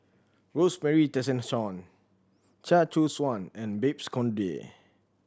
Rosemary Tessensohn Chia Choo Suan and Babes Conde